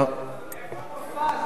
איפה מופז, איפה?